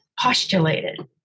postulated